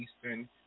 Eastern